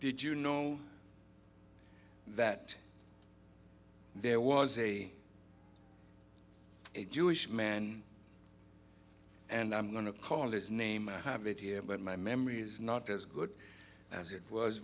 did you know that there was a jewish man and i'm going to call its name i have it here but my memory is not as good as it was